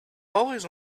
always